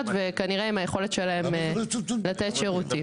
וכנראה עם היכולת שלהן לתת שירותים.